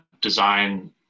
design